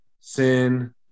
sin